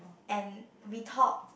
and we talk